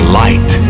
light